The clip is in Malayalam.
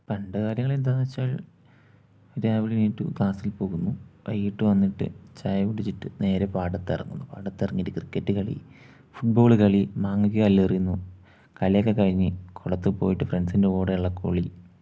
പണ്ടു കാലങ്ങളിൽ എന്താണെന്നു വച്ചാൽ രാവിലെ എണീറ്റു ക്ലാസ്സിൽ പോകുന്നു വൈകിട്ടു വന്നിട്ട് ചായ കുടിച്ചിട്ട് നേരെ പാടത്തിറങ്ങുന്നു പാടത്തിറങ്ങിയിട്ട് ക്രിക്കറ്റ് കളി ഫുട്ബോളുകളി മാങ്ങയ്ക്ക് കല്ലെറിയുന്നു കളിയൊക്കെക്കഴിഞ്ഞ് കുളത്തിൽപ്പോയിട്ട് ഫ്രണ്ട്സിന്റെ കൂടെയുള്ള കുളി